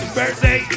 birthday